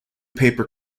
paper